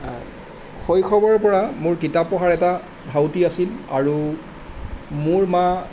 শৈশৱৰ পৰা মোৰ কিতাপ পঢ়াৰ এটা ধাউতি আছিল আৰু মোৰ মা